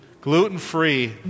gluten-free